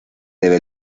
debe